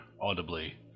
audibly